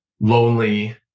lonely